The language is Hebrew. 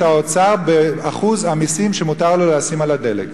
האוצר באחוז המסים שמותר לו לשים על הדלק.